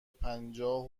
پنجاه